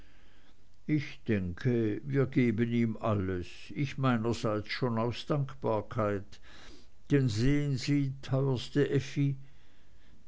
ich denke wir geben ihm alles ich meinerseits schon aus dankbarkeit denn sehen sie teuerste effi